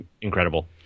incredible